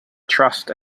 trust